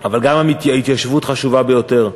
אבל גם ההתיישבות חשובה ביותר.